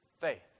faith